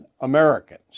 Americans